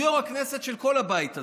הוא יו"ר הכנסת של כל הבית הזה.